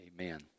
Amen